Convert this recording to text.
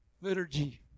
liturgy